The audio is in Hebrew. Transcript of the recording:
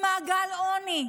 במעגל עוני,